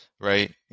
right